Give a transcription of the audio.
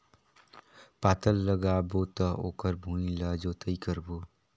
पातल लगाबो त ओकर भुईं ला जोतई करबो?